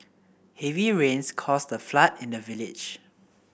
heavy rains caused a flood in the village